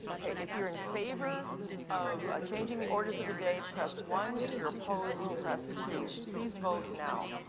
if you're in favor of ah changing the orders of the day, press one. if you're opposed, press two. please vote now.